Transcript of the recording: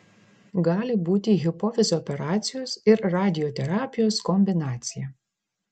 gali būti hipofizio operacijos ir radioterapijos kombinacija